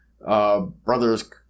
Brothers